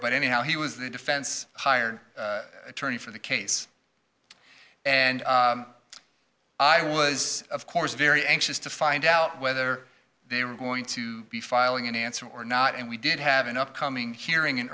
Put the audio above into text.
but anyhow he was the defense hired attorney for the case and i was of course very anxious to find out whether they were going to be filing an answer or not and we did have an upcoming hearing